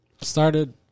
started